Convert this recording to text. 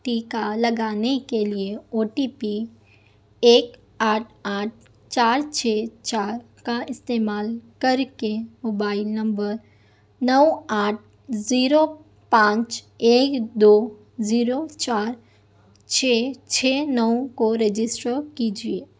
ٹیکا لگانے کے لیے او ٹی پی ایک آٹھ آٹھ چار چھ چار کا استعمال کر کے موبائل نمبر نو آٹھ زیرو پانچ ایک دو زیرو چار چھ چھ نو کو رجسٹر کیجیے